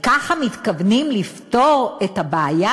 וככה מתכוונים לפתור את הבעיה?